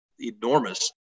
enormous